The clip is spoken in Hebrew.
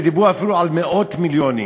דיברו אפילו על מאות מיליונים